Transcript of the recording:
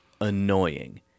annoying